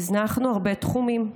הזנחנו הרבה תחומים,